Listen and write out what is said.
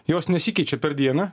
jos nesikeičia per dieną